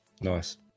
Nice